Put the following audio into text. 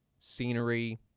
scenery